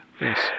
yes